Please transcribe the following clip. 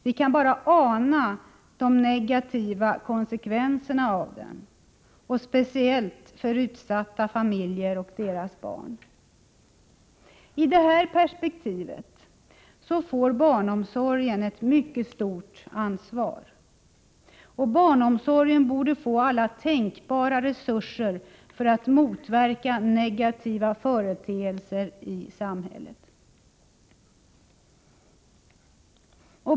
Vi kan bara ana de negativa konsekvenserna av den, speciellt för utsatta familjer och deras barn. I detta perspektiv får barnomsorgen ett mycket stort ansvar. Barnomsorgen borde få alla tänkbara resurser för att motverka negativa företeelser i samhället.